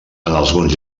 alguns